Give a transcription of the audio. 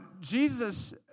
Jesus